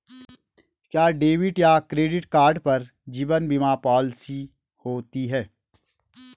क्या डेबिट या credit card पर जीवन बीमा पॉलिसी होती है?